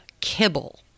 kibble